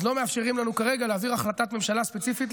אז לא מאפשרים לנו כרגע להעביר החלטת ממשלה ספציפית